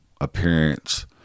appearance